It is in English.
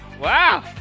Wow